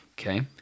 okay